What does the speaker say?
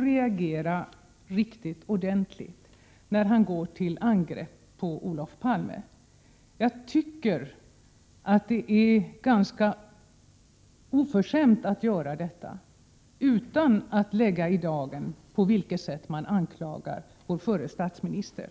reagerar mycket kraftigt på att han går till angrepp mot Olof Palme. Det är oförskämt att göra det utan att lägga i dagen på vilket sätt man anklagar vår förre statsminister.